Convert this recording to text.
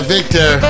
Victor